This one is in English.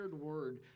word